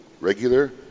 regular